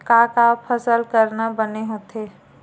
का का फसल करना बने होथे?